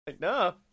no